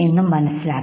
എന്നും മനസ്സിലാക്കി